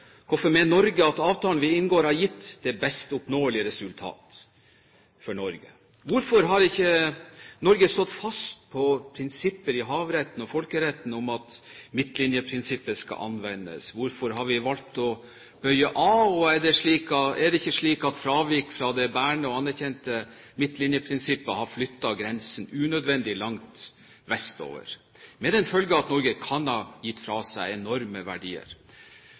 hvorfor Norge mener at avtalen vi inngår, har gitt det best oppnåelige resultat for Norge. Hvorfor har ikke Norge stått fast på prinsipper i havretten og folkeretten om at midtlinjeprinsippet skal anvendes? Hvorfor har vi valgt å bøye av, og er det ikke slik at avvik fra det bærende og anerkjente midtlinjeprinsippet har flyttet grensen unødvendig langt vestover med den følge at Norge kan ha gitt fra seg enorme verdier?